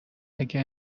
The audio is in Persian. اگه